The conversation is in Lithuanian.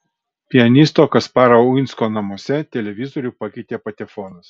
pianisto kasparo uinsko namuose televizorių pakeitė patefonas